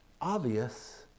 obvious